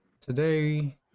today